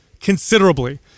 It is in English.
considerably